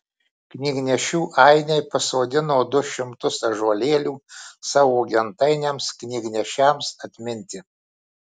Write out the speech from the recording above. knygnešių ainiai pasodino du šimtus ąžuolėlių savo gentainiams knygnešiams atminti